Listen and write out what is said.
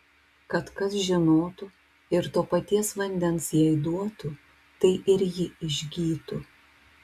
kad kas žinotų ir to paties vandens jai duotų tai ir ji išgytų